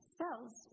cells